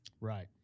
right